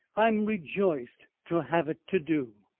i'm rejoiced to have it to do.